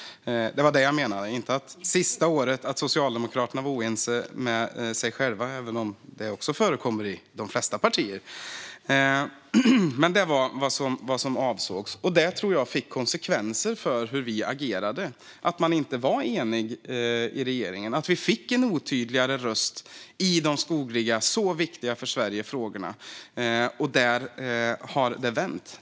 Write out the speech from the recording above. Det var det jag menade och inte att Socialdemokraterna själva var oense det sista året, även om det också förekommer i de flesta partier. Men det var vad som avsågs. Att man inte var eniga inom regeringen tror jag fick konsekvenser för hur vi agerade. Vi fick en otydligare röst i de för Sverige viktiga skogsfrågorna. Där har det vänt.